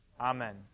Amen